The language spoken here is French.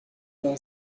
d’un